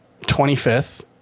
25th